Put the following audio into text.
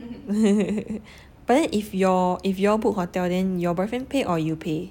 but then if your if you all book hotel then your boyfriend pay or you pay